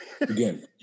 Again